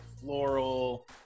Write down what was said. floral